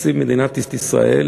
תקציב מדינת ישראל,